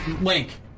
link